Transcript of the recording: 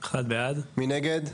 1 נגד,